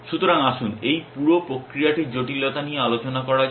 সুতরাং আসুন এখন এই পুরো প্রক্রিয়াটির জটিলতা নিয়ে আলোচনা করা যাক